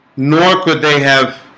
nor could they have